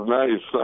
nice